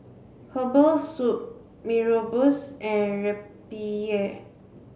herbal soup Mee Rebus and Rempeyek